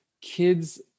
kids